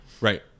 Right